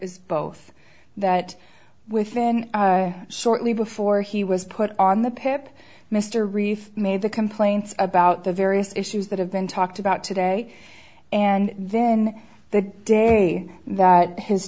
was both that within shortly before he was put on the pip mr reith made the complaints about the various issues that have been talked about today and then the day that his